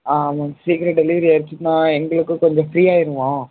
ஆ ஆமாம் சீக்கிரம் டெலிவரி ஆயிடுச்சுன்னால் எங்களுக்கு கொஞ்சம் ஃப்ரீ ஆயிடுவோம்